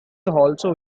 also